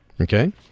Okay